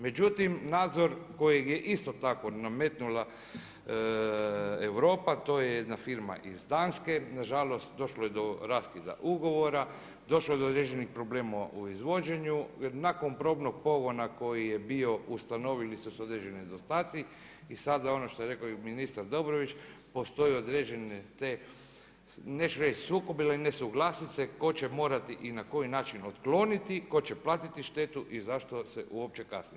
Međutim, nadzor kojeg je isto tako nametnula Europa to je jedna firma iz Danske nažalost došlo je do raskida ugovora, došlo je do određenih problema u izvođenju i nakon probnog pogona koji je bio ustanovili su se određeni nedostaci i sada ono što je rekao i ministar Dobrović, postojana određene neću sukob ili nesuglasice tko će morati i na koji način otkloniti, tko će platiti štetu i zašto se uopće kasni.